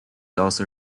also